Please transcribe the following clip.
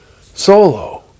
solo